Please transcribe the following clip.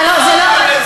מה זה "תתאמץ"?